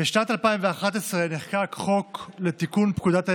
בשנת 2011 נחקק חוק לתיקון פקודת העיריות,